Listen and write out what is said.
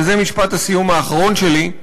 וזה משפט הסיום האחרון שלי,